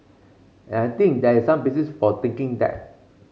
and I think there is some basis for thinking that